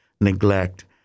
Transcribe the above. neglect